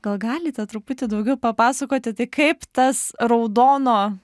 gal galite truputį daugiau papasakoti tai kaip tas raudono